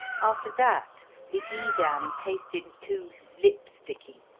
after that the edam tasted too lipsticky,